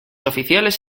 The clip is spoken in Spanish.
oficiales